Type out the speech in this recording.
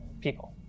people